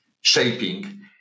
shaping